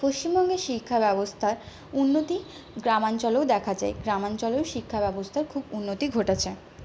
পশ্চিমবঙ্গের শিক্ষা ব্যবস্থার উন্নতি গ্রামাঞ্চলেও দেখা যায় গ্রামাঞ্চলেও শিক্ষা ব্যবস্থার খুব উন্নতি ঘটেছে